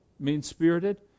mean-spirited